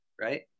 right